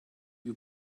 you